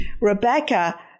Rebecca